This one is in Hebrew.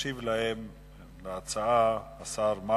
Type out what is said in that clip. ישיב על ההצעה שר הדתות,